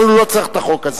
אפילו לא צריך את החוק הזה.